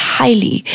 highly